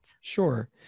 Sure